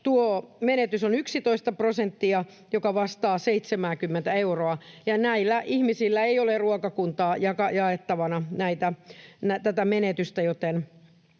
tuo menetys on 11 prosenttia, joka vastaa 70:ää euroa, ja näillä ihmisillä ei ole ruokakuntaa jakamassa tätä menetystä,